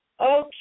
Okay